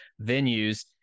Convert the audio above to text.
venues